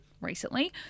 recently